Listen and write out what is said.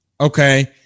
okay